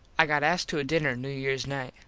i got asked to a dinner new years night.